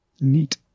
Neat